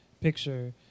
picture